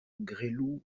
gresloup